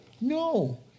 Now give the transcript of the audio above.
No